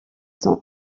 son